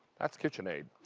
that's kitchen aid.